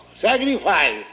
sacrifice